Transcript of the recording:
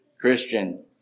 Christian